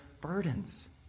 burdens